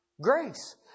Grace